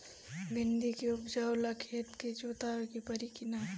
भिंदी के उपजाव ला खेत के जोतावे के परी कि ना?